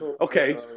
Okay